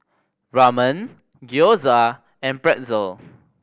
Ramen Gyoza and Pretzel